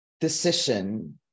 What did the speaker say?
decision